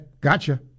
Gotcha